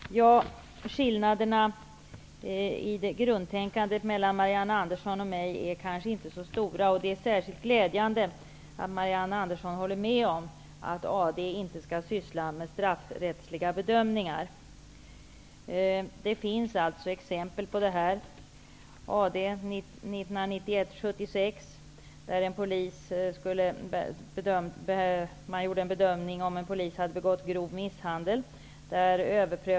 Herr talman! Skillnaderna i grundtänkandet mellan Marianne Andersson och mig är kanske inte så stora. Det är särskilt glädjande att Marianne Andersson håller med om att AD inte skall syssla med straffrättsliga bedömningar. Det finns exempel: I AD 1991/76 gjorde man en bedömning om en polis hade begått grov misshandel.